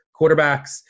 quarterbacks